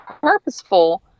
purposeful